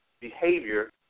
behavior